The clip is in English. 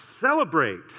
celebrate